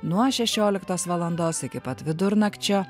nuo šešioliktos valandos iki pat vidurnakčio